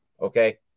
okay